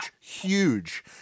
huge